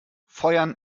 feuern